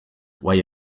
way